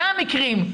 זה המקרים.